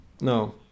No